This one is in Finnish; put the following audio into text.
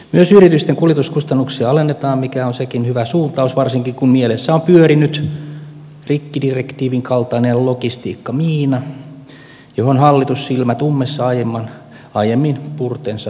myös yritysten kuljetuskustannuksia alennetaan mikä on sekin hyvä suuntaus varsinkin kun mielessä on pyörinyt rikkidirektiivin kaltainen logistiikkamiina johon hallitus silmät ummessa aiemmin purtensa pamautti